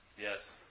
Yes